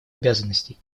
обязанностей